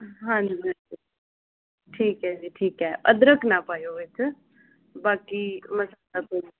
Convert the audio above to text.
ਹਾਂਜੀ ਠੀਕ ਹੈ ਜੀ ਠੀਕ ਹੈ ਅਦਰਕ ਨਾ ਪਾਇਓ ਵਿੱਚ ਬਾਕੀ ਮਸਾਲਾ ਪਾ ਦਿਓ